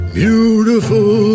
beautiful